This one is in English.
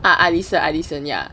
ah I listen I listen ya